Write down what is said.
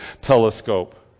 telescope